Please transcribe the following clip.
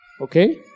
Okay